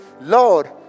Lord